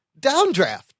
downdraft